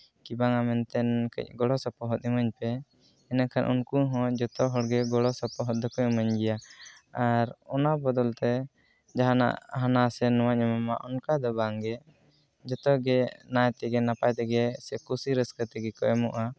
ᱠᱤ ᱵᱟᱝᱟ ᱢᱮᱱᱛᱮ ᱠᱟᱹᱡ ᱜᱚᱲᱚ ᱥᱚᱯᱚᱦᱚᱫ ᱤᱢᱟᱹᱧ ᱯᱮ ᱤᱱᱟᱹ ᱠᱷᱟᱱ ᱩᱱᱠᱩ ᱦᱚᱸ ᱡᱚᱛᱚ ᱦᱚᱲ ᱜᱮ ᱜᱚᱲᱚ ᱥᱚᱯᱚᱦᱚᱫ ᱫᱚᱠᱚ ᱤᱢᱟᱹᱧ ᱜᱮᱭᱟ ᱟᱨ ᱚᱱᱟ ᱵᱚᱫᱚᱞᱛᱮ ᱡᱟᱦᱟᱱᱟᱜ ᱦᱟᱱᱟ ᱥᱮ ᱱᱚᱣᱟᱧ ᱮᱢᱟᱢᱟ ᱚᱱᱠᱟ ᱫᱚ ᱵᱟᱝ ᱜᱮ ᱡᱚᱛᱚ ᱜᱮ ᱱᱟᱭ ᱛᱮᱜᱮ ᱱᱟᱯᱟᱭ ᱛᱮᱜᱮ ᱥᱮ ᱠᱩᱥᱤ ᱨᱟᱹᱥᱠᱟᱹ ᱛᱮᱜᱮ ᱠᱚ ᱮᱢᱚᱜᱼᱟ